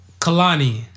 Kalani